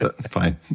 fine